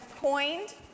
coined